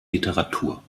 literatur